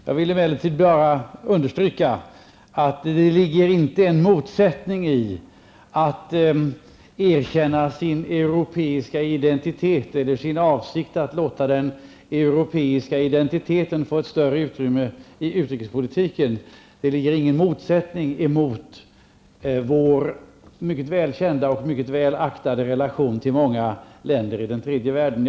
Jag vill emellertid understryka att det inte ligger någon motsättning mellan att erkänna sin europeiska indentitet eller sin avsikt att låta den europeiska identiteten få ett större utrymme i utrikespolitiken och vår mycket väl kända och väl aktade relation till många länder i den tredje världen.